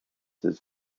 does